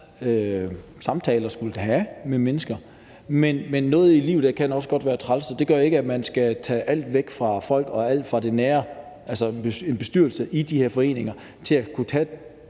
samtale at skulle have med mennesker, men noget i livet kan også godt være træls, og det betyder ikke, at man skal tage alt ansvar væk fra folk og fra det nære – altså en bestyrelse i de her foreninger – til at kunne tage